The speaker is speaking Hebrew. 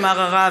אמר הרב,